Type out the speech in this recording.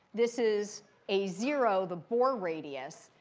this is a zero, the bohr radius.